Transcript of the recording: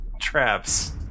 traps